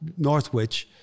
Northwich